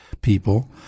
people